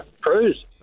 cruise